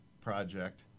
project